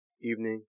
evening